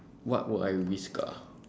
what would I risk ah